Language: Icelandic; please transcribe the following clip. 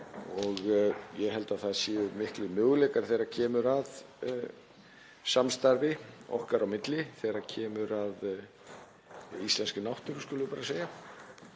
og ég held að það séu miklir möguleikar þegar kemur að samstarfi okkar á milli, þegar kemur að íslenskri náttúru, skulum við bara segja.